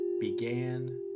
began